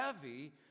heavy